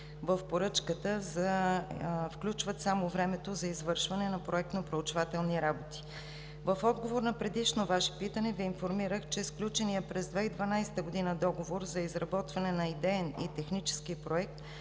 в поръчката включват само времето за извършване на проектно-проучвателни работи. В отговор на предишно Ваше питане Ви информирах, че сключеният през 2012 г. договор за изработване на идеен и технически проект